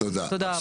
תודה רבה.